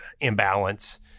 imbalance